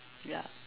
ya